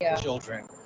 children